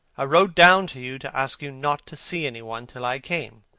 i wrote down to you to ask you not to see any one till i came.